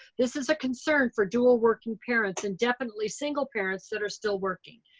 this is a concern for dual working parents and definitely single parents that are still working.